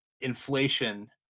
inflation